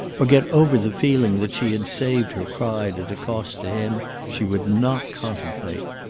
or get over the feeling that she had saved her pride at a cost to him she would not contemplate.